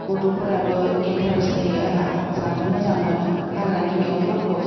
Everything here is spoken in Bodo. गथ'फोराबो इन्टारेस्त जायो आंहा जानो मोजां मोनो हाग्रानि मेगंफोरखौ